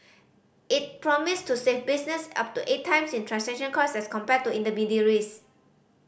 it promise to save business up to eight times in transaction cost as compared to intermediaries